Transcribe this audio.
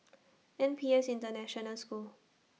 N P S International School